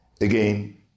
Again